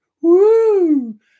woo